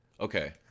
Okay